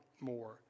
more